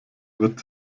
wird